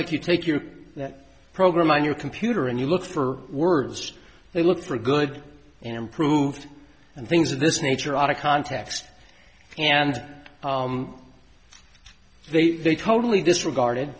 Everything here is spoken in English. like you take your program on your computer and you look for words they look for good and improved and things of this nature out of context and they they totally disregard